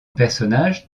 personnage